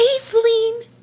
Aveline